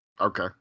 okay